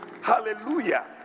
hallelujah